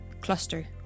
cluster